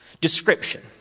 description